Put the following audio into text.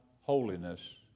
holiness